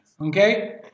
Okay